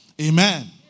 Amen